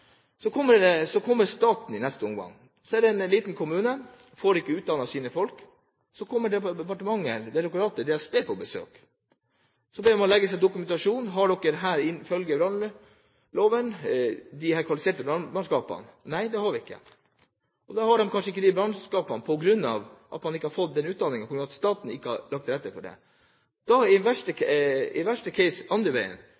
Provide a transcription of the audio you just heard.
så kommer staten i neste omgang. Hvis en liten kommune ikke får utdannet sine folk, kommer direktoratet – DSB – på besøk og ber om at man legger fram dokumentasjon: Har dere – ifølge brannloven – kvalifiserte brannmannskaper? Nei, det har vi ikke. Da har kommunen kanskje ikke brannmannskap med denne utdannelsen på grunn av at staten ikke har lagt til rette for det. Da